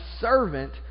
servant